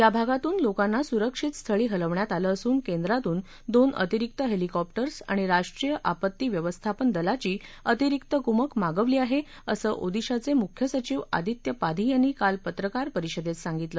या भागतून लोकांना सुरक्षित स्थळी हलवण्यात आलं असून केंद्रातून दोन अतिरिक्त हेलिकॉप्टर आणि राष्ट्रीय आपत्ती व्यवस्थापन दलाची अतिरिक्त कुमक मागवली आहे असं ओदिशाचे मुख्य सचीव आदित्य पाधी यांनी काल पत्रकार परिषदेत सांगितलं